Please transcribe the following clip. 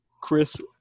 Chris